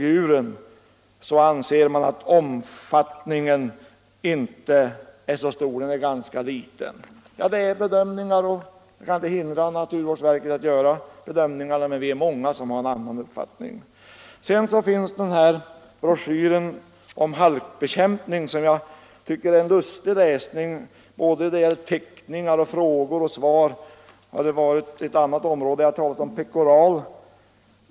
Jag kan inte hindra naturvårdsverket att göra sina bedömningar, men vi är många som har en annan uppfattning. Jag har här också en broschyr från vägverket om halkbekämpning, och den tycker jag är en lustig läsning. Hade det gällt ett annat äm = Nr 49 nesområde, skulle jag ha talat om pekoral.